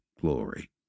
glory